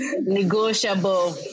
negotiable